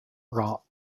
rot